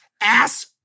ass-